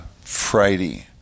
Friday